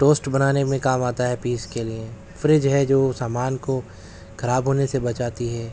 toast بنانے میں کام آتا ہے پیس کے لیے فریج جو سامان کو خراب ہونے سے بچاتی ہے